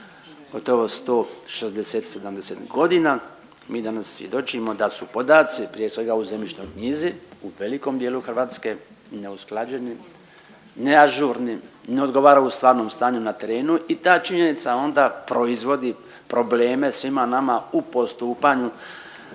gotovo 160, 70 godina, mi danas svjedočimo da su podaci, prije svega u zemljišnoj knjizi u velikom dijelu Hrvatske neusklađeni, neažurni, neusklađeni, neažurni, ne odgovaraju stvarnom stanju na terenu, i ta činjenica onda proizvodi probleme svima nama u postupanju